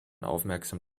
aufmerksam